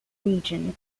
region